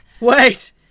Wait